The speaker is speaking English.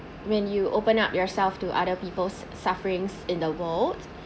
when you open up yourself to other people's sufferings in the world